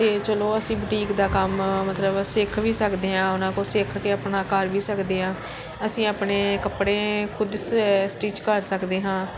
ਅਤੇ ਚਲੋ ਅਸੀਂ ਬਟੀਕ ਦਾ ਕੰਮ ਮਤਲਬ ਸਿੱਖ ਵੀ ਸਕਦੇ ਹਾਂ ਉਹਨਾਂ ਕੋਲ ਸਿੱਖ ਕੇ ਆਪਣਾ ਕਰ ਵੀ ਸਕਦੇ ਹਾਂ ਅਸੀਂ ਆਪਣੇ ਕੱਪੜੇ ਖੁਦ ਸਟਿੱਚ ਕਰ ਸਕਦੇ ਹਾਂ